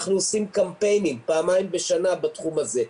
אנחנו עושים קמפיינים פעמיים בשנה בתחום הזה,